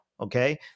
Okay